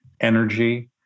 energy